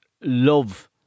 love